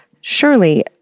Surely